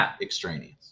extraneous